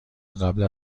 قبل